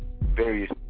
various